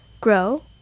grow